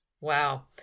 Wow